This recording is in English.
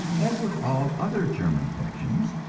as with all other germ infections,